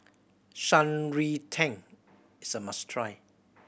Shan Rui Tang is a must try